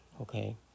Okay